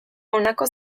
honako